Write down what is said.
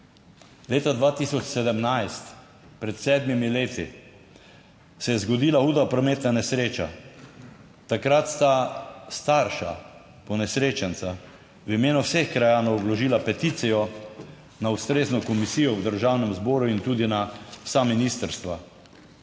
Leta 2017, pred sedmimi leti, se je zgodila huda prometna nesreča. Takrat sta starša ponesrečenca v imenu vseh krajanov vložila peticijo na ustrezno komisijo v Državnem zboru in tudi na vsa ministrstva.